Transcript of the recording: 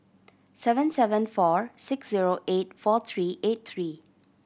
seven seven four six zero eight four three eight three